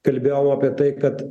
kalbėjom apie tai kad